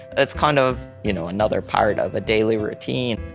it's kind of, you know, another part of a daily routine.